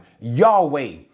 Yahweh